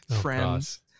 friends